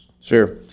Sure